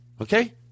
okay